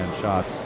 shots